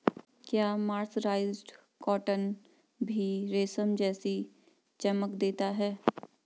क्या mercerised cotton भी रेशम जैसी चमक देता है?